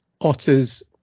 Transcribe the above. otters